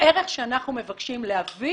הערך שאנחנו מבקשים להביא